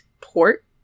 port